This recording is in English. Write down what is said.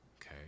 okay